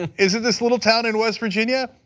is it this little town in west virginia?